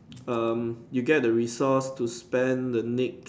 um you get the resources to spend the next